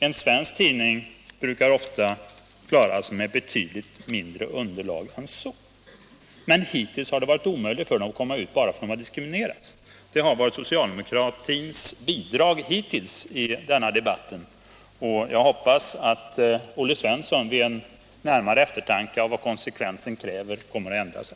En svensk tidning brukar ofta klara sig med betydligt mindre underlag än så, men hittills har det varit omöjligt för invandrartidningar med motsvarande underlag att komma ut därför att de har diskriminerats, Det har varit socialdemokratins bidrag hittills i denna debatt. Jag hoppas att Olle Svensson vid närmare eftertanke och med hänsyn till vad konsekvensen kräver kommer att ändra sig.